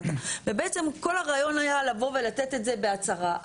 בעצם כל הרעיון היה לבוא ולתת את זה בהצהרה.